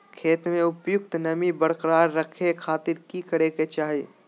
खेत में उपयुक्त नमी बरकरार रखे खातिर की करे के चाही?